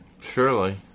Surely